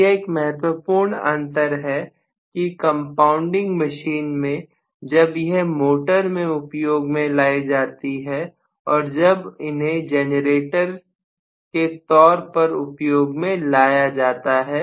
तो यह एक महत्वपूर्ण अंतर है कंपाउंडिंग मशीन में जब यह मोटर में उपयोग में लाई जाती है और जब इन्हें जनरेटर के तौर पर उपयोग में लाया जाता है